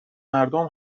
مردم